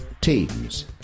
teams